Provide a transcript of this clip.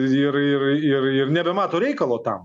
ir ir ir ir nebemato reikalo tam